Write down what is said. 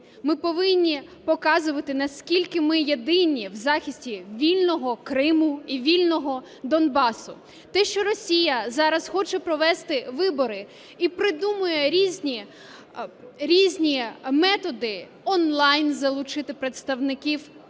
ми повинні показувати, наскільки ми єдині в захисті вільного Криму і вільного Донбасу. Те, що Росія зараз хоче провести вибори і придумує різні методи: онлайн залучити представників